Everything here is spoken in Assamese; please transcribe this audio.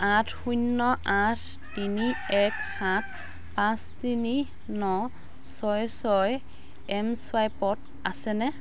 আঠ শূন্য আঠ তিনি এক সাত পাঁচ তিনি ন ছয় ছয় এম চোৱাইপত আছেনে